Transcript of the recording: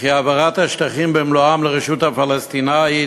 ושהעברת השטחים במלואם לרשות הפלסטינית